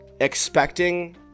expecting